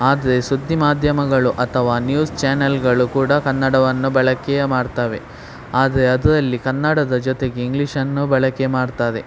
ಆದರೆ ಸುದ್ದಿ ಮಾಧ್ಯಮಗಳು ಅಥವಾ ನ್ಯೂಸ್ ಚ್ಯಾನೆಲ್ಗಳು ಕೂಡ ಕನ್ನಡವನ್ನು ಬಳಕೆ ಮಾಡ್ತವೆ ಆದರೆ ಅದರಲ್ಲಿ ಕನ್ನಡದ ಜೊತೆಗೆ ಇಂಗ್ಲೀಷನ್ನೂ ಬಳಕೆ ಮಾಡ್ತಾರೆ